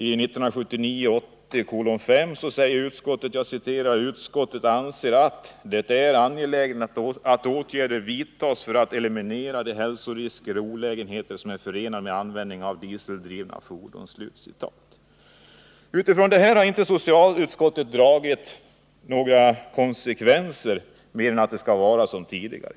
I dess betänkande 1979/80:5 sägs: ”Utskottet anser att det är angeläget att åtgärder vidtas för att eliminera de hälsorisker och olägenheter som är förenade med användningen av dieseldrivna fordon.” Av detta har inte socialutskottet dragit några konsekvenser utan ansett att det bör vara som tidigare.